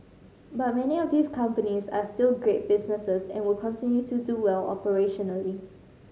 but many of these companies are still great businesses and will continue to do well operationally